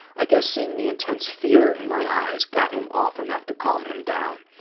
i guess seeing the intense fear in my eyes got him off enough to calm him down.